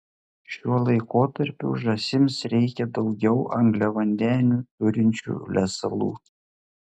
šiuo laikotarpiu žąsims reikia daugiau angliavandenių turinčių lesalų